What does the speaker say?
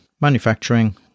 manufacturing